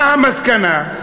מה המסקנה?